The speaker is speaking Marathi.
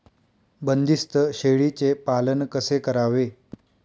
बंदिस्त शेळीचे पालन कसे करावे?